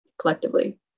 collectively